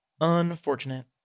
Unfortunate